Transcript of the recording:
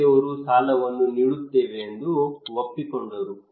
ಸಂಸ್ಥೆಯವರು ಸಾಲವನ್ನು ನೀಡುತ್ತೇವೆ ಎಂದು ಒಪ್ಪಿಕೊಂಡರು